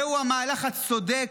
זהו המהלך הצודק,